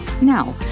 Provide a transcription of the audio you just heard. Now